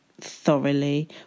thoroughly